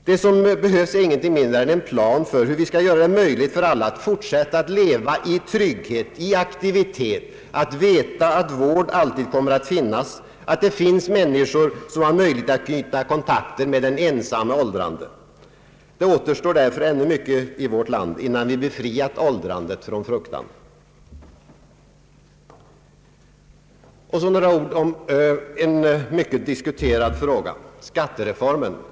Det som behövs är ingenting mindre än en plan för hur vi skall göra det möjligt för alla att fortsätta att leva i trygghet, i aktivitet, att veta att vård alltid kommer att finnas, att det finns människor som har möjlighet att knyta kontakter med den ensamme åldrande. Det återstår därför ännu mycket i vårt land innan vi befriat åldrandet från fruktan. Och så några ord om en mycket diskuterad fråga, skattereformen.